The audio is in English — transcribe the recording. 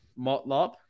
Motlop